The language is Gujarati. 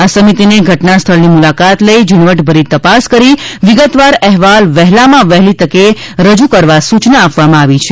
આ સમિતિને ઘટના સ્થળની મુલાકાત લઈ ઝીણવટીભરી તપાસ કરી વિગતવાર અહેવાલ વેહલામાં વેહલી તકે રજૂ કરવા સૂચના આપવામાં આવી છે